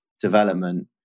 development